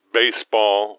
baseball